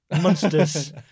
Monsters